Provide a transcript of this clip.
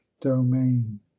domain